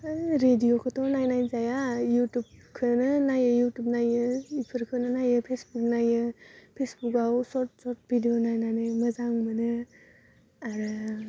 है रेदिअखैथ' नायनाय जाया इउटुबखोनो नायो इउटुब नायो बेफोरखौनो नाइयो फेसबुक नाइयो फेसबुकआव सर्ट सर्ट भिदिअ नायनानै मोजां मोनो आरो